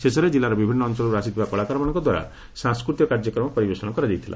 ଶେଷରେ ଜିଲ୍ଲ ବିଭିନ୍ନ ଅଂଚଳରୁ ଆସିଥିବା କଳାକାରମାନଙ୍କ ଦ୍ୱାରା ସଂସ୍କୃତିକ କାର୍ଯ୍ୟକ୍ରମ ପରିବେଷଣ କରାଯାଇଥିଲା